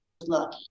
Look